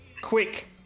Quick